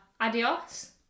Adios